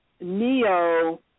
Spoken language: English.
neo